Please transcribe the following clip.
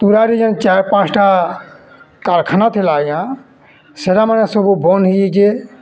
ତୁରାରେ ଯେନ୍ ଚାର୍ ପାଞ୍ଚ୍ଟା କାର୍ଖାନା ଥିଲା ଆଜ୍ଞା ସେଟାମାନେ ସବୁ ବନ୍ଦ୍ ହେଇଯାଇଛେ